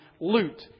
loot